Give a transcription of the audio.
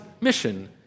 mission